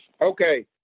Okay